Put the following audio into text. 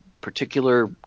particular